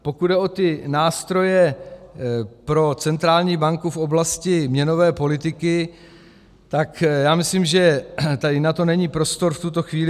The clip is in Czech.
Pokud jde o nástroje pro centrální banku v oblasti měnové politiky, tak já myslím, že tady na to není prostor v tuto chvíli.